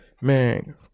Man